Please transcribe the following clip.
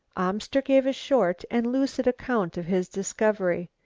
amster gave a short and lucid account of his discovery.